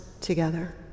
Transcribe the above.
together